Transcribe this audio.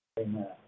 Amen